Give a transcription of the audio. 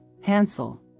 Hansel